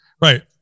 right